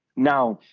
now,